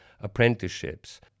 apprenticeships